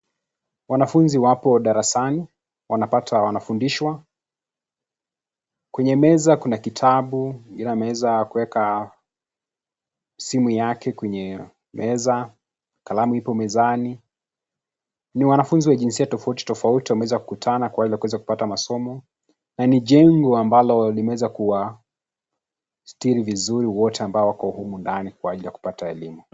Wanafunzi wapo darasani , wanapata wanafundishwa. Kwenye meza kuna kitabu, mwingine ameweza kueka simu yake kwenye meza, kalamu ipo mezani. Ni wanafunzi wa jinsia tofauti tofauti, wameweza kukutana kwa ajili ya kuweza kupata masomo. Na ni jengo ambalo limeweza kuwasitiri vizuri wote ambao wako humu ndani kwa ajili ya kupata elimu.